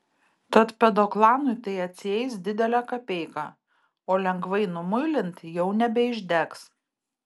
tad pedoklanui tai atsieis didelę kapeiką o lengvai numuilint jau nebeišdegs